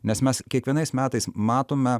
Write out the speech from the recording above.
nes mes kiekvienais metais matome